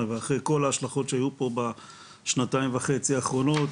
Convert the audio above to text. ואחרי כל ההשלכות שהיו פה בשנתיים וחצי האחרונות,